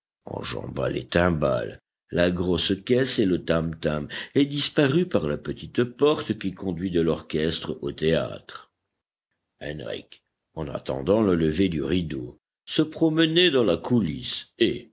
les timbales la grosse caisse et le tamtam et disparut par la petite porte qui conduit de l'orchestre au théâtre henrich en attendant le lever du rideau se promenait dans la coulisse et